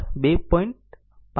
5 ઇ છે 2